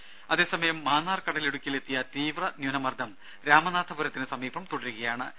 രുര അതേസമയം മാന്നാർ കടലിടുക്കിൽ എത്തിയ തീവ്ര ന്യൂനമർദ്ദം രാമനാഥപുരത്തിന് സമീപം തുടരുകയാണ്